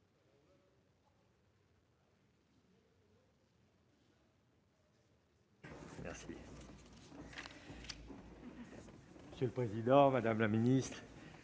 Monsieur le président, madame la ministre,